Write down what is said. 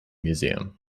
museum